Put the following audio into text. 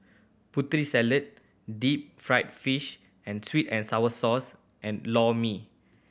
Putri Salad deep fried fish and sweet and sour sauce and Lor Mee